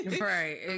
right